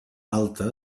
alta